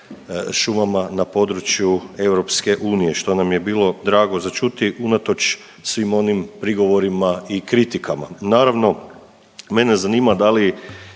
šumama na području EU što nam je bilo drago za čuti unatoč svim onim prigovorima i kritikama. Naravno mene zanima da li